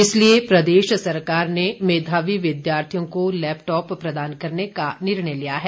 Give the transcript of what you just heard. इसीलिए प्रदेशसरकार ने मेधावी विद्यार्थियों को लैपटॉप प्रदान करने का निर्णय लिया है